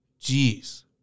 Jeez